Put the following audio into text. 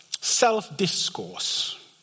self-discourse